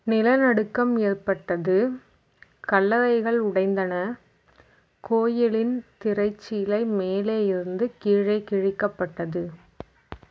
நிலநடுக்கம் ஏற்பட்டது கல்லறைகள் உடைந்தன கோயிலின் திரைச்சீலை மேலே இருந்து கீழே கிழிக்கப்பட்டது